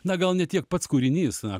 na gal ne tiek pats kūrinys na